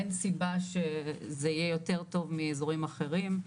אין סיבה שזה יהיה יותר טוב מאזורים אחרים,